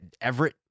Everett